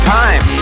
time